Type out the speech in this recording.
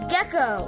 Gecko